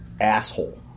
asshole